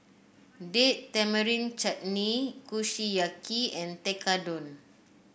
Date Tamarind Chutney Kushiyaki and Tekkadon